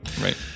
Right